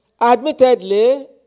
Admittedly